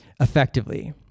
effectively